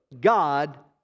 God